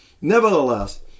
Nevertheless